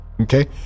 okay